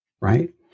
right